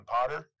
Potter